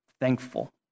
Thankful